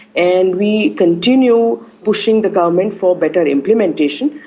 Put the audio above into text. and we continue pushing the government for better implementation.